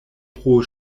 pro